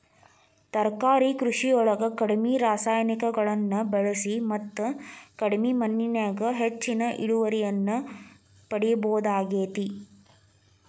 ತರಕಾರಿ ಕೃಷಿಯೊಳಗ ಕಡಿಮಿ ರಾಸಾಯನಿಕಗಳನ್ನ ಬಳಿಸಿ ಮತ್ತ ಕಡಿಮಿ ಮಣ್ಣಿನ್ಯಾಗ ಹೆಚ್ಚಿನ ಇಳುವರಿಯನ್ನ ಪಡಿಬೋದಾಗೇತಿ